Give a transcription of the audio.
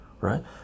right